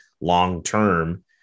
long-term